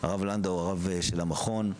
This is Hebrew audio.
הרב לנדאו, הרב של המכון,